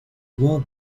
wood